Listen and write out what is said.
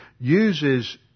uses